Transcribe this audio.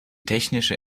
technische